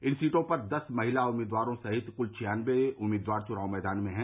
इन सीटों पर दस महिला उम्मीदवारो सहित कुल छिनयानवे उम्मीदवार चुनाव मैदान में हैं